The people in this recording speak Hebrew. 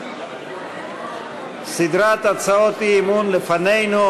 סדרת הצעות אי-אמון לפנינו.